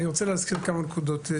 אני רוצה להזכיר כמה נקודות.